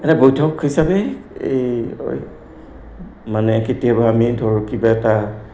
এটা বৈধক হিচাপেই এই মানে কেতিয়াবা আমি ধৰক কিবা এটা